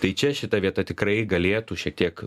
tai čia šita vieta tikrai galėtų šiek tiek